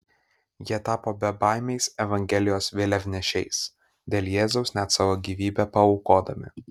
jie tapo bebaimiais evangelijos vėliavnešiais dėl jėzaus net savo gyvybę paaukodami